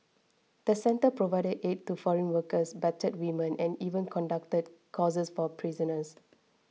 the centre provided aid to foreign workers battered women and even conducted courses for prisoners